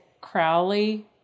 Crowley